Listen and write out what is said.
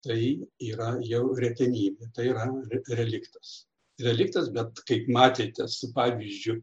tai yra jau retenybė tai yra reliktas reliktas bet kaip matėte su pavyzdžiu